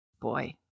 boy